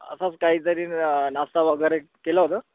असंच काहीतरी नाश्ता वगैरे केलं होतं